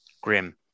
Grim